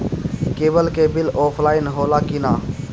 Cable के bill offline होला कि ना?